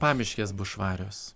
pamiškės bus švarios